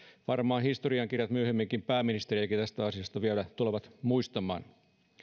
varmaan historiankirjat myöhemmin pääministeriäkin tästä asiasta vielä tulevat muistamaan